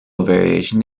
variation